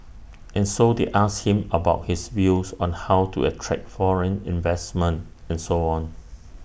and so they asked him about his views on how to attract foreign investment and so on